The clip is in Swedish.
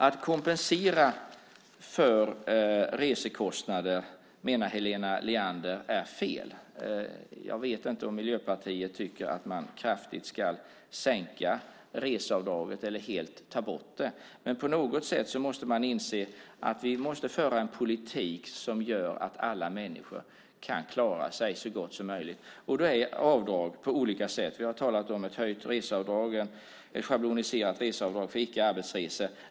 Att kompensera för resekostnader menar Helena Leander är fel. Jag vet inte om Miljöpartiet tycker att vi kraftigt ska sänka reseavdraget eller helt ta bort det, men på något sätt måste man inse att vi måste föra en politik som gör att alla människor kan klara sig så gott som möjligt. Då handlar det om avdrag på olika sätt. Vi har talat om ett höjt reseavdrag, ett schabloniserat reseavdrag för icke-arbetsresor.